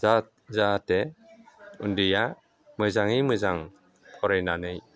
जाहाथे उन्दैया मोजाङै मोजां फरायनानै